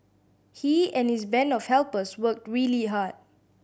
he and his band of helpers worked really hard